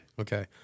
Okay